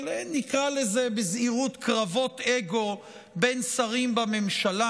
של, נקרא לזה בזהירות, קרבות אגו בין שרים בממשלה,